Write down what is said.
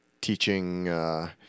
teaching